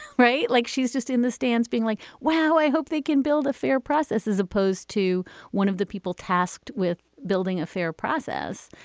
right. like she's just in the stands being like, wow, i hope they can build a fair process as opposed to one of the people tasked with building a fair process.